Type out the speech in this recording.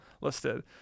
listed